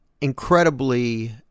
incredibly